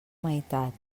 meitat